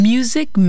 Music